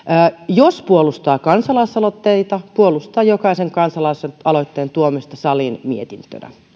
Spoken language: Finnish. jos puolustaa kansalaisaloitteita puolustaa jokaisen kansalaisaloitteen tuomista saliin mietintönä